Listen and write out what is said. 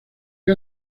que